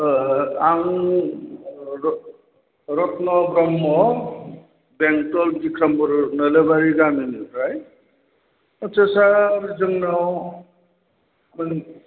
आं रत्न ब्रह्म' बेंटल बिख्रम बर' नोलोबारि गामिनिफ्राय आस्सा सार जोंनाव